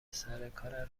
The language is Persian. سرکار